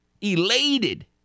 Elated